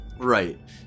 Right